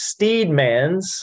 steedmans